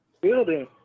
Building